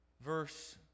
Verse